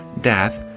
death